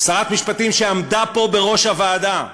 שרת משפטים שעמדה פה בראש הוועדה,